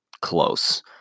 close